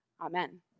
Amen